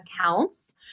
accounts